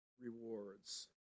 rewards